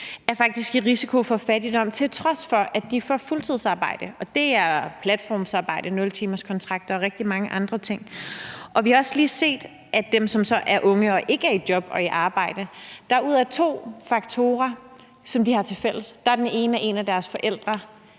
faktisk i risiko for at ende i fattigdom, til trods for at de får fuldtidsarbejde, og det er platformsarbejde og nultimerskontrakter og rigtig mange andre ting. Vi har også lige set, at i forhold til dem, som er unge og ikke er i arbejde, er der to faktorer, som de har tilfælles, og der er den ene, at en af deres forældre